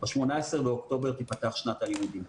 ב-18 באוקטובר תיפתח שנת הלימודים,